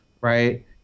Right